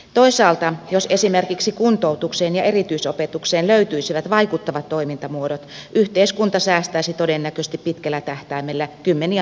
toisaalta jos esimerkiksi kuntoutukseen ja erityisopetukseen löytyisivät vaikuttavat toimintamuodot yhteiskunta säästäisi todennäköisesti pitkällä tähtäimellä kymmeniä miljardeja euroja